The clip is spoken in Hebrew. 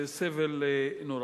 זה סבל נוראי.